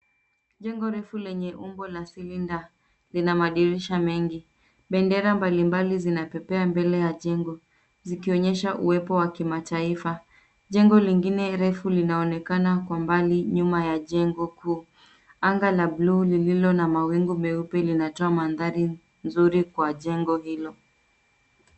Jengo refu lenye umbo la silinda lina madirisha mengi. Bendera mbalimbali zinapepea mbele ya jengo zikionyesha uwepo wa kimataifa. Jengo lingine refu linaonekana kwa mbali nyuma ya jengo kuu. Anga la blue lililo na mawingu meupe linatoa mandhari nzuri kwa jengo hilo.